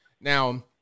Now